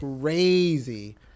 crazy